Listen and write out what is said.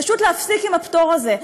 פשוט להפסיק עם הפטור הזה.